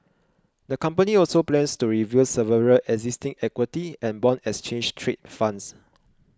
the company also plans to review several existing equity and bond exchange trade funds